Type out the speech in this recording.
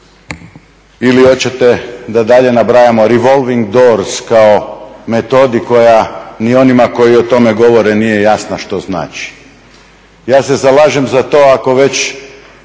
ili hoćete da dalje nabrajamo revolving doors kao metodi koja ni onima koji o tome govore nije jasna što znači. Ja se zalažem za to ako već